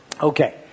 Okay